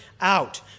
out